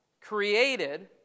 created